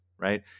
Right